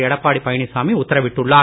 எடப்பாடி பழனிசாமி உத்தரவிட்டுள்ளார்